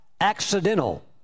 accidental